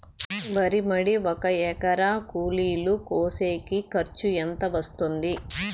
వరి మడి ఒక ఎకరా కూలీలు కోసేకి ఖర్చు ఎంత వస్తుంది?